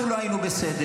אנחנו לא היינו בסדר,